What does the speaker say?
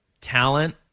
talent